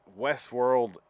Westworld